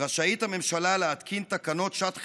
רשאית הממשלה להתקין תקנות שעת חירום,